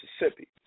Mississippi